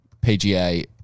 PGA